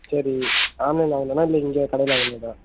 சரி ஆன்லைனில் வாங்கினதா இல்லை இங்கே கடையில் வாங்கினதா